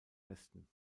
westen